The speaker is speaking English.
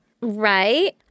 Right